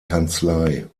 kanzlei